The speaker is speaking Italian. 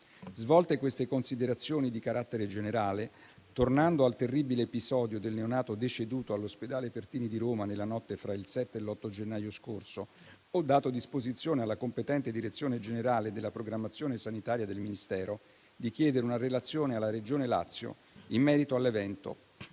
Svolte queste considerazioni di carattere generale, tornando al terribile episodio del neonato deceduto all'ospedale Pertini di Roma nella notte fra il 7 e l'8 gennaio scorso, ho dato disposizione alla competente Direzione generale della programmazione sanitaria del Ministero di chiedere una relazione alla Regione Lazio in merito all'evento.